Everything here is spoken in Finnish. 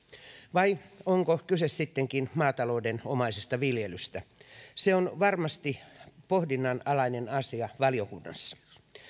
vai onko kyse sittenkin maataloudenomaisesta viljelystä se on varmasti pohdinnan alainen asia valiokunnassa